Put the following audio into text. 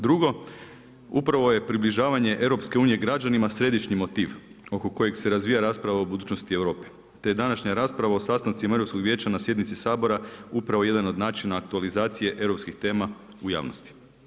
Drugo, upravo je približavanje EU građanima središnji motiv oko kojeg se razvija rasprava o budućnosti Europe, te je današnja rasprava o sastancima Europskog vijeća na sjednici Sabora upravo jedan od načina aktualizacije europskih tema u javnosti.